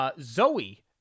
Zoe